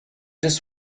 des